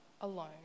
alone